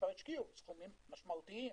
השקיעו סכומים משמעותיים.